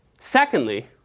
Secondly